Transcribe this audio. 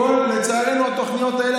התוכניות האלה,